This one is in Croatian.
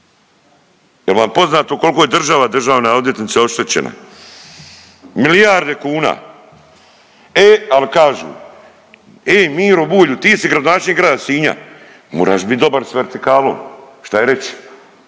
Jel vam poznato kolko je država državna odvjetnice oštećena? Milijarde kuna. E al kažu, e Miro Bulju ti si gradonačelnik Grada Sinja moraš bit dobar s vertikalom šta je reći